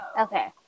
Okay